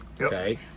Okay